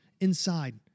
inside